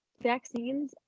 vaccines